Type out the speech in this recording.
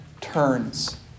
turns